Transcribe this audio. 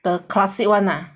the classic one ah